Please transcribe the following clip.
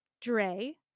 Dre